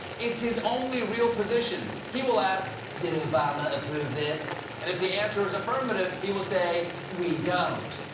it's his only real position. he will ask, did obama approve this and if the answer is affirmative, he will say, we don't